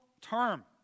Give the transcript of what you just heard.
term